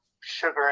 sugar